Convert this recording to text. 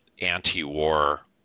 anti-war